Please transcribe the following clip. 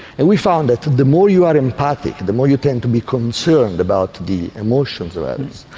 and we found that the more you are empathic, and the more you tend to be concerned about the emotions of others,